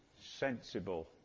sensible